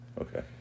Okay